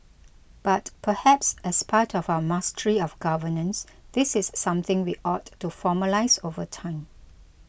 but perhaps as part of our mastery of governance this is something we ought to formalise over time